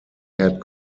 had